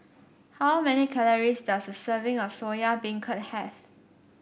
how many calories does a serving of Soya Beancurd have